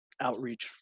outreach